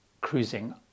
cruising